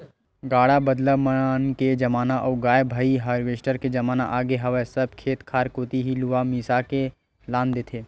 गाड़ा बदला मन के जमाना अब गय भाई हारवेस्टर के जमाना आगे हवय सब खेत खार कोती ही लुवा मिसा के लान देथे